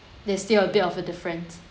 there's still a bit of a different